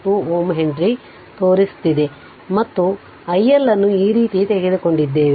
2 Ω henry ತೋರಿಸುತ್ತಿದೆ ಮತ್ತು i L ಅನ್ನು ಈ ರೀತಿ ತೆಗೆದುಕೊಂಡಿದ್ದೇವೆ